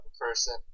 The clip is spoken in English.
person